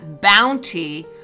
bounty